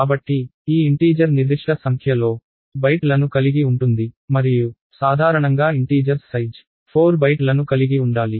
కాబట్టి ఈ ఇంటీజర్ నిర్దిష్ట సంఖ్య లో బైట్లు కలిగి ఉంటుంది మరియు సాధారణంగా ఇంటీజర్స్ సైజ్ 4 బైట్లను కలిగి ఉండాలి